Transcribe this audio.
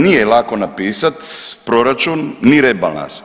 Nije lako napisat proračun, ni rebalans.